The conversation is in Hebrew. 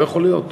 לא יכול להיות.